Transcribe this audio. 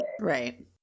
Right